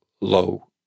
low